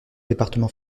département